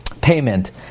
payment